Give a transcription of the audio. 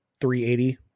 380